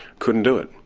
couldn't do it.